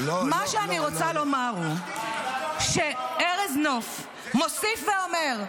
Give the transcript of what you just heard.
מה שאני רוצה לומר הוא שארז נוף מוסיף ואומר.